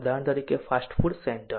ઉદાહરણ તરીકે fast food centre